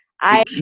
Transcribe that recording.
I-